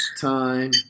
time